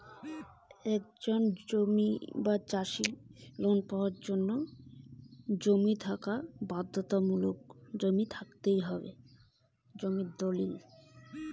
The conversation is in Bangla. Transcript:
একজন চাষীর লোন পাবার গেলে কি কি থাকা বাধ্যতামূলক?